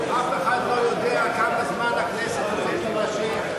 אף אחד לא יודע כמה זמן הכנסת הזאת תימשך,